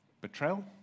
Betrayal